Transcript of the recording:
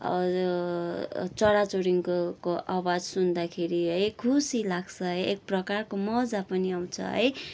चरा चुरुङ्गीको आवाज सुन्दाखेरि है खुसी लाग्छ एक प्रकारको मजा पनि आउँछ है